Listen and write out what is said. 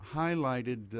highlighted